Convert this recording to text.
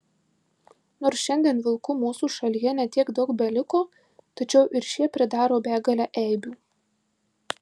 nors šiandien vilkų mūsų šalyje ne tiek daug beliko tačiau ir šie pridaro begalę eibių